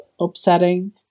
upsetting